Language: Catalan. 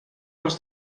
els